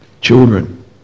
Children